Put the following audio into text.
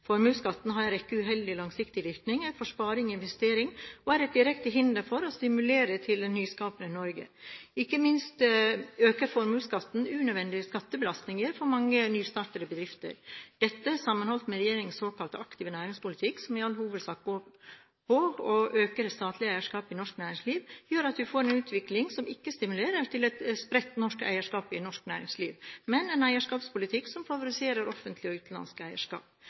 Formuesskatten har en rekke uheldige langsiktige virkninger for sparing og investering, og er et direkte hinder for å stimulere til et nyskapende Norge. Ikke minst øker formuesskatten unødvendig skattebelastningen for mange nystartede bedrifter. Dette, sammenholdt med regjeringens såkalte aktive næringspolitikk, som i all hovedsak går ut på å øke det statlige eierskapet i norsk næringsliv, gjør at vi får en utvikling som ikke stimulerer til et spredt norsk eierskap i norsk næringsliv, men en eierskapspolitikk som favoriserer offentlig og utenlandsk eierskap.